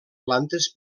plantes